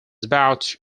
about